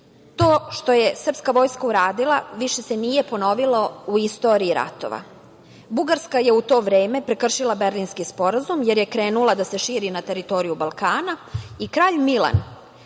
To što je srpska vojska uradila više se nije ponovilo u istoriji ratova. Bugarska je u to vreme prekršila Berlinski sporazum, jer je krenula da se širi na teritoriju Balkana i kralj Milan,